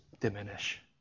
diminish